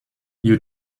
you